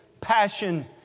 passion